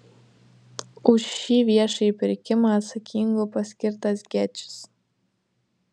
už šį viešąjį pirkimą atsakingu paskirtas gečis